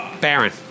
Baron